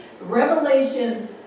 Revelation